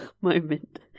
moment